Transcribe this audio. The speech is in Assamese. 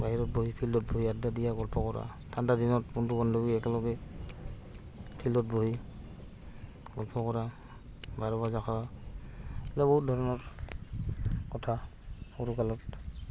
বাহিৰত বহি ফিল্ডত বহি আদ্দা দিয়া গল্প কৰা ঠাণ্ডা দিনত বন্ধু বান্ধৱী একেলগে ফিল্ডত বহি গল্প কৰা বাৰ বজা যখন এইবিলাক বহুত ধৰণৰ কথা সৰু কালত